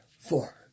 Four